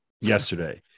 yesterday